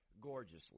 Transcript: gorgeously